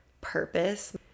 purpose